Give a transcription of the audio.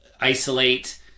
isolate